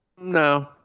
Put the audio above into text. No